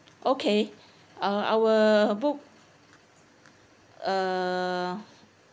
okay uh I will book uh